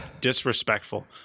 disrespectful